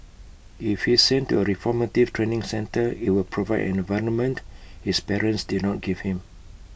if he's sent to A reformative training centre IT would provide an environment his parents did not give him